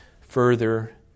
further